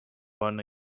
button